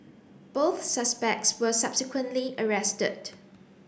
both suspects were subsequently arrested